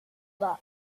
that